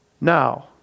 now